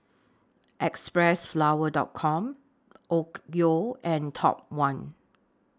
Xpressflower Dot Com Onkyo and Top one